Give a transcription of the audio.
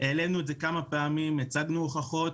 העלינו את זה כמה פעמים, הצגנו הוכחות.